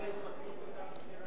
אז אנחנו נעבור לנושא,